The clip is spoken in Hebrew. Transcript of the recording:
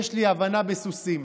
יש לי הבנה בסוסים.